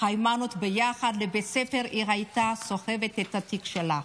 היימנוט לבית הספר והייתה סוחבת את התיק שלה,